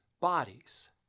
bodies